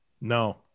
No